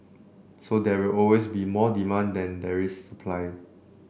so there will always be more demanded than there is supply